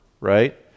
right